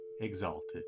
exalted